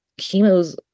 chemos